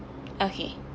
okay